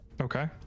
Okay